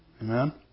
Amen